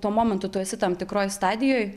tuo momentu tu esi tam tikroj stadijoj